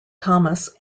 thomas